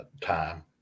time